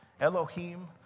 Elohim